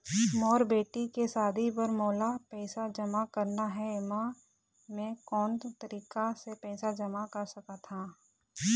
मोर बेटी के शादी बर मोला पैसा जमा करना हे, म मैं कोन तरीका से पैसा जमा कर सकत ह?